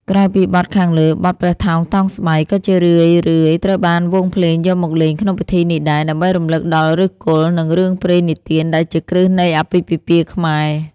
ក្រៅពីបទខាងលើ បទ ព្រះថោងតោងស្បៃ ក៏ជារឿយៗត្រូវបានវង់ភ្លេងយកមកលេងក្នុងពិធីនេះដែរ ដើម្បីរំលឹកដល់ឫសគល់ និងរឿងព្រេងនិទានដែលជាគ្រឹះនៃអាពាហ៍ពិពាហ៍ខ្មែរ។